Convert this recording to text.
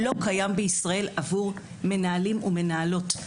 לא קיים בישראל עבור מנהלים ומנהלות.